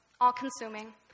all-consuming